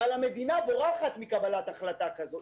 אבל המדינה בורחת מקבלת החלטה כזו.